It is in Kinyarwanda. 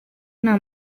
nta